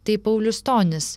tai paulius stonis